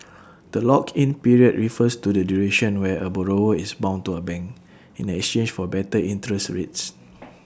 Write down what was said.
the lock in period refers to the duration where A borrower is bound to A bank in exchange for better interest rates